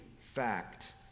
fact